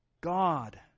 God